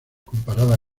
comparada